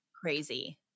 crazy